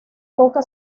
poca